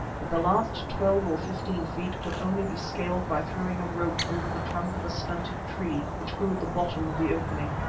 but the last twelve or fifteen feet could only be scaled by throwing a rope over the trunk of a stunted tree, which grew at the bottom of the opening.